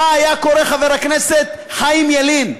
מה היה קורה, חבר הכנסת חיים ילין,